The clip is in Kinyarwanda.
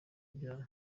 ibyaha